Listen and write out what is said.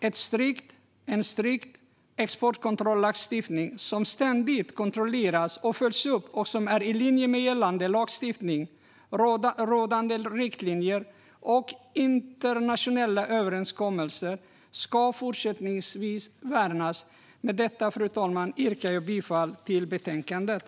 En strikt exportkontrollagstiftning som ständigt kontrolleras och följs upp och som är i linje med gällande lagstiftning, rådande riktlinjer och internationella överenskommelser ska fortsättningsvis värnas. Fru talman! Med detta yrkar jag bifall till utskottets förslag i betänkandet.